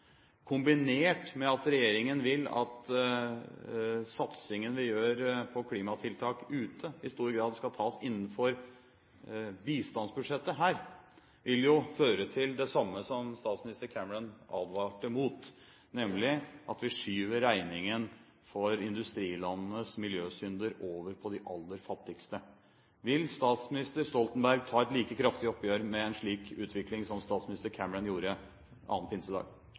kombinert med at regjeringen vil at satsingen vi gjør på klimatiltak ute, i stor grad skal tas innenfor bistandsbudsjettet her, vil føre til det samme som statsminister Cameron advarte imot, nemlig at vi skyver regningen for industrilandenes miljøsynder over på de aller fattigste. Vil statsminister Stoltenberg ta et like kraftig oppgjør med en slik utvikling som statsminister Cameron gjorde 2. pinsedag?